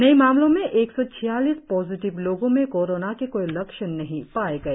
नए मामलों में एक सौ छियालीस पॉजिटीव लोगों में कोरोना के कोई लक्षण नहीं पाए गए